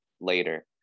later